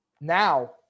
now